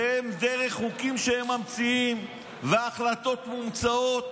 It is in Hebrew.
ודרך חוקים שהם ממציאים והחלטות מומצאות